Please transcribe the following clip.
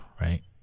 Right